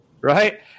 right